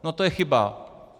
No to je chyba.